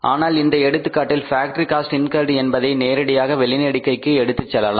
ஆனால் இந்த எடுத்துக்காட்டில் ஃஃபேக்டரி காஸ்ட் இன்கர்ட் என்பதை நேரடியாக வெளி நெடுக்கைக்கு எடுத்துச் செல்லலாம்